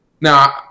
now